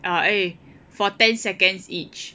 eh for ten seconds each